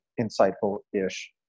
insightful-ish